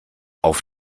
auf